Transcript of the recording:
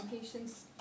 patients